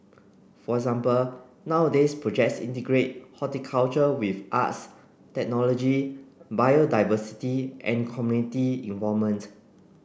for example nowadays projects integrate horticulture with arts technology biodiversity and community involvement